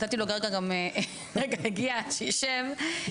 הוא הרגע הגיע, שישב.